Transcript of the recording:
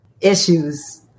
issues